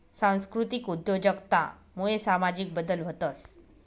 सांस्कृतिक उद्योजकता मुये सामाजिक बदल व्हतंस